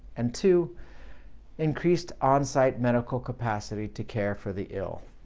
and two. increased on-site medical capacity to care for the ill.